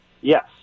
yes